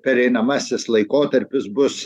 pereinamasis laikotarpis bus